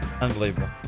Unbelievable